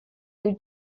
ydy